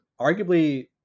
arguably